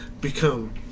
Become